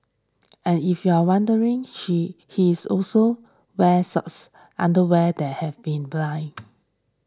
and if you're wondering she he is also wears socks underwear that have been binned